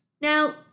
now